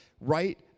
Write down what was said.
right